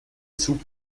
zug